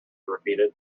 repeated